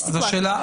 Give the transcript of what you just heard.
יש סיטואציות.